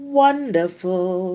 wonderful